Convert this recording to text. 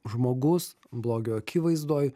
žmogus blogio akivaizdoj